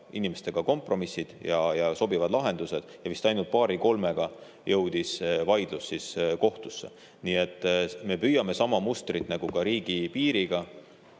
inimestega kompromissid ja sobivad lahendused. Vist ainult paari-kolmega jõudis vaidlus kohtusse. Nii et me püüame sama mustrit nagu riigipiiriga